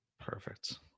Perfect